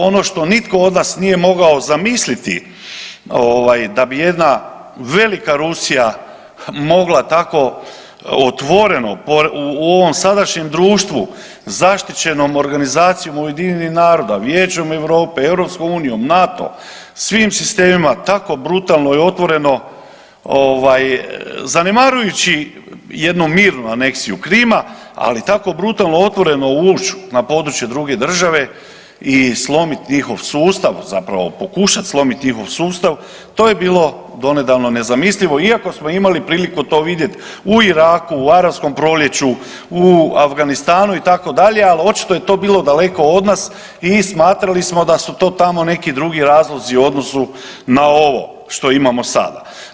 Ono što nitko od nas nije mogao zamisliti ovaj da bi jedna velika Rusija mogla tako otvoreno u ovom sadašnjem društvu zaštićenom organizacijom UN-a, Vijećem Europe, EU, NATO, svim sistemima tako brutalno i otvoreno ovaj zanemarujući jednu mirnu aneksiju Krima, ali tako brutalno, otvoreno ući na područje druge države i slomit njihov sustav, zapravo pokušat slomit njihov sustav to je bilo donedavno nezamislivo iako smo imali priliku to vidjet u Iraku, u arapskom proljeću, u Afganistanu, ali očito je to bilo daleko od nas i smatrali smo da su to tamo neki drugi razlozi u odnosu na ovo što imamo sada.